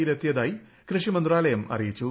യിലെത്തിയതായി കൃഷി മന്ത്രാലയം അറിയിച്ചു